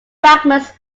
fragments